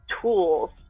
tools